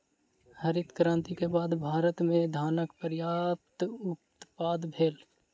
हरित क्रांति के बाद भारत में धानक पर्यात उत्पादन भेल